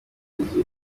izindi